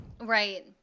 Right